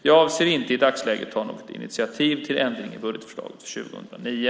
Jag avser inte i dagsläget att ta något initiativ till ändring i budgetförslaget för 2009.